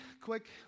quick